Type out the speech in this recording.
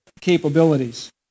capabilities